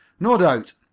no doubt.